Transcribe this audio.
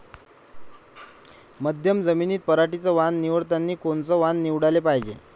मध्यम जमीनीत पराटीचं वान निवडतानी कोनचं वान निवडाले पायजे?